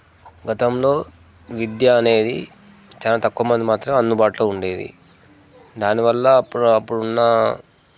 గతంలో విద్య అనేది చాలా తక్కువ మంది మాత్రమే అందుబాటులో ఉండేది దానివల్ల అప్పుడు అప్పుడున్నా